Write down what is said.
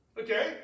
Okay